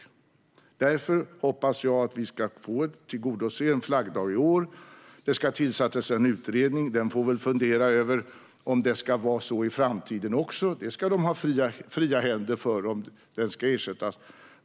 Därför hoppas jag att vi ska tillgodose en flaggdag i år. Det ska tillsättas en utredning. Den får väl fundera över om det ska vara så också i framtiden; det ska utredningen ha fria händer att göra.